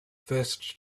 first